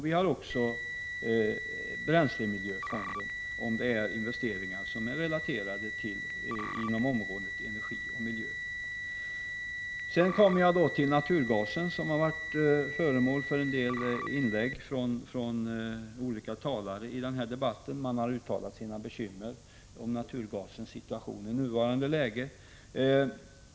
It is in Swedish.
Vi har också bränslemiljöfonden, om det är fråga om investeringar som är relaterade till området energi och miljö. Jag kommer så till naturgasen, som har varit föremål för diskussion med anledning av inlägg från olika talare i denna debatt. Man har uttalat sina bekymmer för naturgasens situation i nuvarande läge.